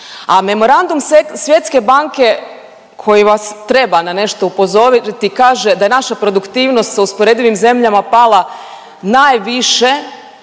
A memorandum Svjetske banke koji vas treba na nešto upozoriti kaže da je naša produktivnost s usporedivim zemljama pala najviše